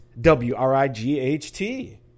w-r-i-g-h-t